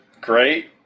Great